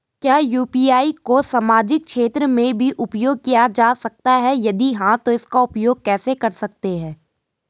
क्या यु.पी.आई को सामाजिक क्षेत्र में भी उपयोग किया जा सकता है यदि हाँ तो इसका उपयोग कैसे कर सकते हैं?